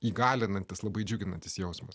įgalinantis labai džiuginantis jausmas